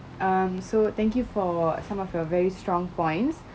um so thank you for some of your very strong point